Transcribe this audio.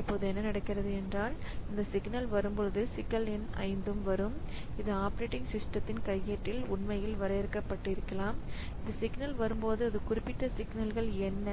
இப்போது என்ன நடக்கிறது என்றால் இந்த சிக்னல் வரும்போது சிக்னல் எண் 5 வரும் இது ஆப்பரேட்டிங் சிஸ்டத்தின் கையேட்டில் உண்மையில் வரையறுக்கப்பட்டிருக்கலாம் இது சிக்னல் வரும்போது இந்த குறிப்பிட்ட சிக்னல்கள் என்ன